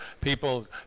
people